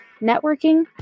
networking